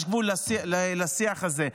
יש גבול לשיח הזה.